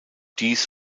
dies